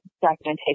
documentation